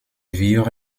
vivre